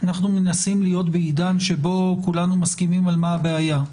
מנסים להיות בעידן שבו כולנו מסכימים על מה הבעיה,